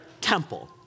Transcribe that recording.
temple